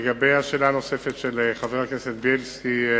לגבי השאלה הנוספת של חבר הכנסת בילסקי,